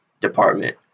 department